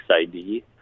ID